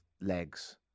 legs